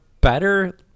better